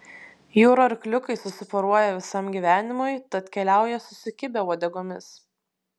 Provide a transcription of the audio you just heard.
jūrų arkliukai susiporuoja visam gyvenimui tad keliauja susikibę uodegomis